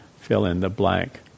fill-in-the-blank